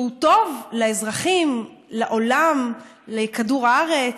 שהוא טוב לאזרחים, לעולם, לכדור הארץ.